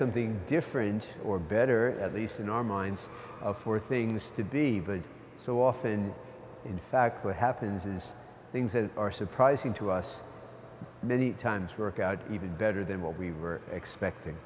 something different or better at least in our minds of for things to be but so often in fact what happens is things that are surprising to us many times work out even better than what we were expecting